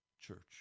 church